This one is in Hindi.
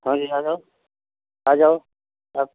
हाँ जी आ जाओ आ जाओ आप